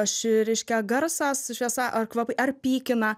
ši reiškia garsas šviesa ar kvapai ar pykina